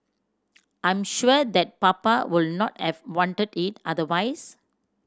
I'm sure that Papa would not have wanted it otherwise